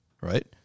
right